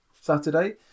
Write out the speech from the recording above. Saturday